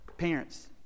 Parents